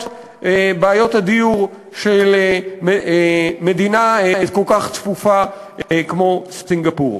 הדיור של מדינה כל כך צפופה כמו סינגפור.